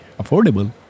affordable